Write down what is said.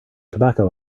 tobacco